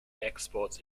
exports